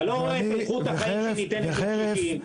אתה לא רואה את איכות החיים שניתנת לקשישים.